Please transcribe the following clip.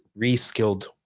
reskilled